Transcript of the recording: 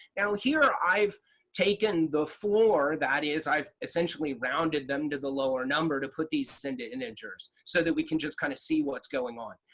now here i've taken the floor, that is, i've essentially rounded them to the lower number to put these into integers. so that we can just kind of see what's going on.